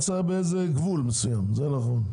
צריך גבול מסוים, זה נכון.